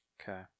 Okay